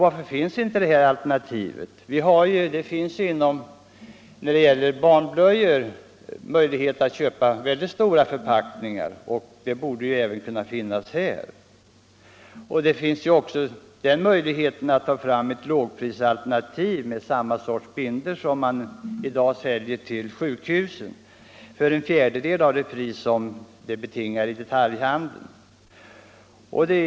Varför finns inte det alternativet? När det gäller barnblöjor kan man ju köpa myckat stora förpackningar. Den möjligheten borde finnas också i detta fall. Likaså bör det finnas ett lågprisalternativ med samma sorts bindor som i dag säljs till sjukhusen för en fjärdedel av detaljhandelspriset.